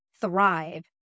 thrive